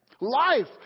Life